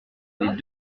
les